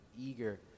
eager